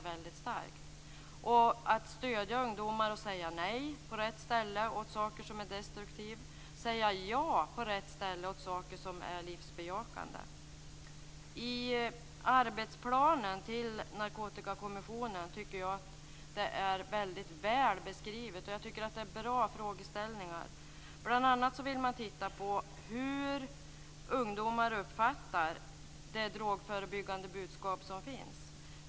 Ungdomar måste stödjas att säga nej åt saker som är destruktivt och säga ja åt sådant som är livsbejakande. Detta är väl beskrivet i arbetsplanen till Narkotikakommissionen. Det är bra frågeställningar. Bl.a. vill man titta på hur ungdomar uppfattar det drogförebyggande budskap som finns.